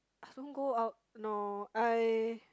don't go out no I